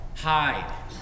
Hide